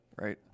Right